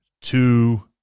two